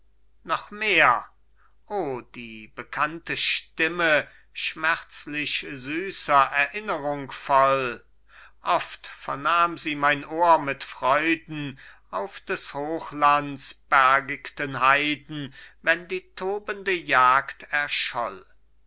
noch mehr o die bekannte stimme schmerzlich süßer erinnerung voll oft vernahm sie mein ohr mit freuden auf den hochlands bergichten heiden wenn die tobende jagd erscholl